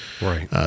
Right